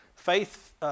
Faith